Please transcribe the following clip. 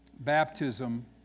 baptism